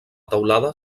teulada